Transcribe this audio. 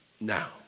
now